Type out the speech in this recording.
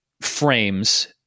frames